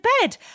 bed